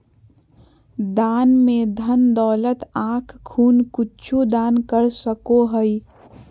दान में धन दौलत आँख खून कुछु दान कर सको हइ